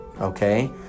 okay